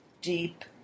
deep